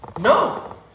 no